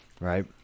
right